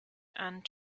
and